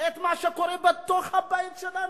את מה שקורה בתוך הבית שלנו.